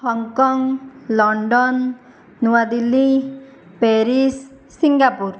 Hong Kong London New Delhi Paris Singapore